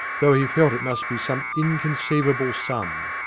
though he felt it must be some inconceivable sum.